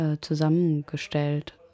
zusammengestellt